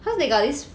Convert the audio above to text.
cause they got this